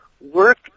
Work